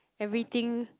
everything